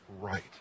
right